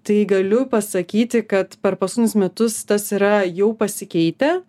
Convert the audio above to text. tai galiu pasakyti kad per paskutinius metus tas yra jau pasikeitę